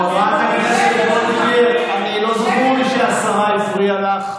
חברת הכנסת וולדיגר, לא זכור לי שהשרה הפריעה לך.